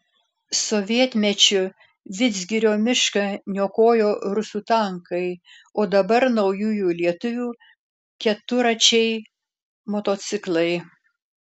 sovietmečiu vidzgirio mišką niokojo rusų tankai o dabar naujųjų lietuvių keturračiai motociklai